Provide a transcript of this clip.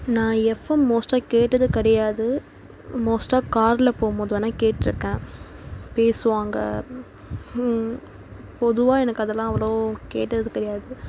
நான் எஃப்எம் மோஸ்ட்டா கேட்டது கிடையாது மோஸ்ட்டா காரில் போகும்போது வேணால் கேட்டுருக்கேன் பேசுவாங்க பொதுவாக எனக்கு அதெல்லாம் அவ்வளோ கேட்டது கிடையாது